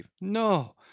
No